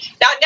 now